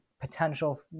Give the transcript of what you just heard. potential